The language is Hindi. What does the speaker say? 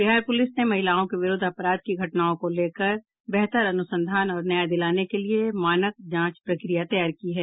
बिहार पूलिस ने महिलाओं के विरूद्ध अपराध की घटनाओं में बेहतर अनुसंधान और न्याय दिलाने के लिए मानक जांच प्रक्रिया तैयार की है